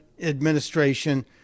administration